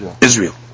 Israel